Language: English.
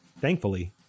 Thankfully